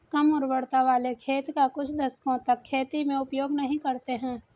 कम उर्वरता वाले खेत का कुछ दशकों तक खेती में उपयोग नहीं करते हैं